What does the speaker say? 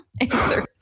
answer